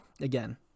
again